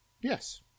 Yes